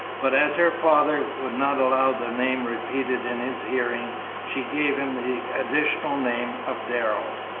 but as her father would not allow the name repeated in his hearing she gave him the additional name of darrell,